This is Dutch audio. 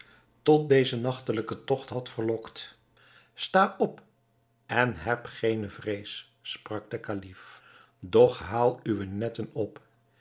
tot dezen nachtelijken togt had verlokt sta op en heb geene vrees sprak de kalif doch haal uwe netten op